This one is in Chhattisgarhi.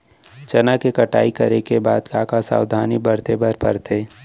चना के कटाई करे के बाद का का सावधानी बरते बर परथे?